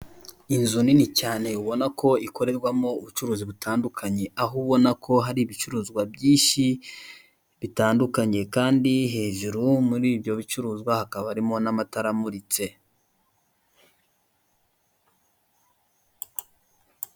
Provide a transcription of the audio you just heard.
Inzu nini cyane ubona ko ikorerwamo ubucuruzi butandukanye aho ubona ko hari ibicuruzwa byinshi bitandukanye kandi hejuru muri ibyo bicuruzwa hakaba harimo n'amatara amuritse.